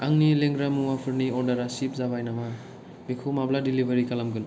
आंनि लोंग्रा मुवाफोर नि अर्डारा शिप जाबाय नामा बेखौ माब्ला डेलिबारि खालामगोन